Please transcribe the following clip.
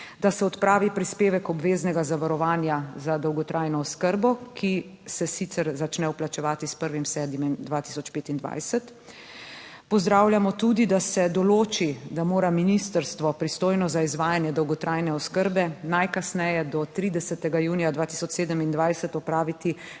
da se odpravi prispevek obveznega zavarovanja za dolgotrajno oskrbo, ki se sicer začne vplačevati s 1. 7. 2025. Pozdravljamo tudi, da se določi, da mora ministrstvo pristojno za izvajanje dolgotrajne oskrbe najkasneje do 30. junija 2027 opraviti